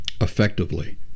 effectively